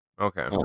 Okay